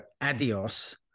Adios